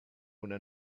una